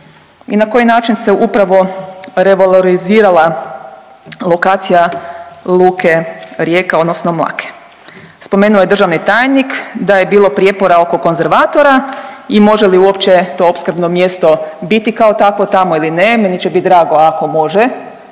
i na koji način se upravo revalorizirala lokacija luke Rijeka odnosno Mlake. Spomenuo je državni tajnik da je bilo prijepora oko konzervatora i može li uopće to opskrbno mjesto biti kao takvo tamo ili ne. Meni će biti drago ako može